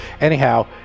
anyhow